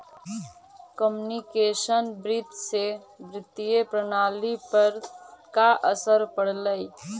computational वित्त से वित्तीय प्रणाली पर का असर पड़लइ